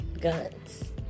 guns